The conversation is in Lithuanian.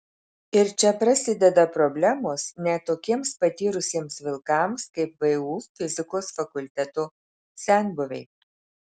ir čia prasideda problemos net tokiems patyrusiems vilkams kaip vu fizikos fakulteto senbuviai